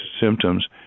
symptoms